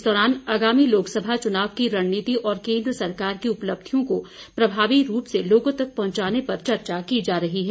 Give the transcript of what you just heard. इस दौरान आगामी लोक सभा चुनाव की रणनीति और केंद्र सरकार की उपलब्धियों को प्रभावी रूप से लोगों तक पहुंचाने पर चर्चा की जा रही है